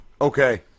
Okay